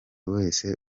wese